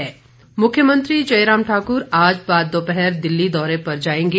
मुख्यमंत्री मुख्यमंत्री जयराम ठाक्र आज बाद दोपहर दिल्ली दौरे पर जाएंगे